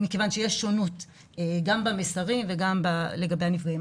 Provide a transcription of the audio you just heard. מכיוון שיש שונות גם במסרים וגם לגבי הנפגעים.